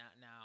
now